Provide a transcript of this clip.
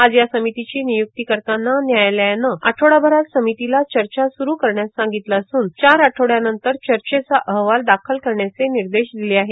आज या समितीची नियुक्ती करताना न्यायालयानं आठवडाभरात समितीला चर्चा सुरू करण्यात सांगितलं असून चार आठवड्यानंतर चर्चेचा अहवाल दाखल करण्याचे निर्देश दिले आहेत